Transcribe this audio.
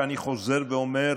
אני חוזר ואומר,